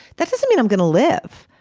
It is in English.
that doesn't mean i'm gonna live,